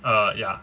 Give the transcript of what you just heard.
uh ya